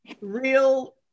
real